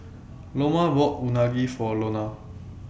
Loma bought Unagi For Lona